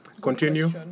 Continue